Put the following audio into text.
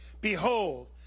Behold